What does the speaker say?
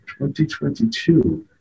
2022